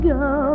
go